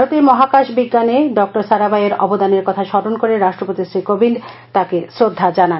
ভারতের মহাকাশ বিজ্ঞানে ডঃ সারাভাইয়ের অবদানের কথা স্মরণ করে রাষ্ট্রপতি শ্রীকোবিন্দ তাকে শ্রদ্ধা জানান